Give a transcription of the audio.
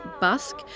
busk